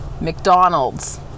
McDonald's